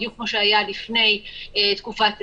בדיוק כמו שהיה לפני תקופת הסגר.